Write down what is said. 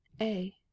A